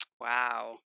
Wow